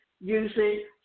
using